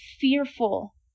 fearful